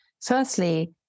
Firstly